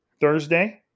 Thursday